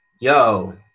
yo